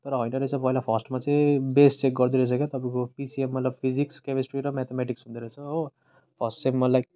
तर होइन रहेछ पहिला फर्स्टमा चाहिँ बेस चेक गर्दोरहेछ क्या तपाईँको पिसिएम मतलब फिजिक्स केमेस्ट्री र म्याथमेटिक्स हुँदोरहेछ हो फर्स्ट सेममा लाइक